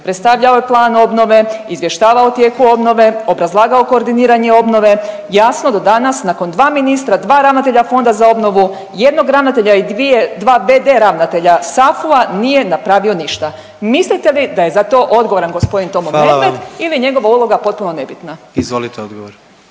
predstavljao je plan obnove, izvještavao o tijeku obnove, obrazlagao koordiniranje obnove, jasno do danas nakon dva ministra, dva ravnatelja fonda za obnovu, jednog ravnatelja i dvije, dva v.d. ravnatelja SAFU-a nije napravio ništa, mislite li da je za to odgovoran g. Tomo Medved…/Upadica predsjednik: Hvala vam/…ili